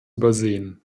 übersehen